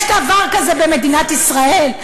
יש דבר כזה במדינת ישראל?